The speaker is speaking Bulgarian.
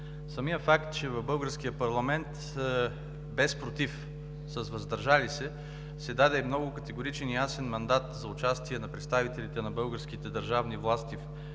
Самият факт, че в българския парламент без „против“, с „въздържал се“ се даде много категоричен и ясен мандат за участие на представителите на българските държавни власти –